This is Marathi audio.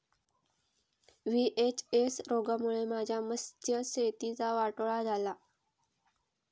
व्ही.एच.एस रोगामुळे माझ्या मत्स्यशेतीचा वाटोळा झाला